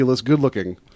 good-looking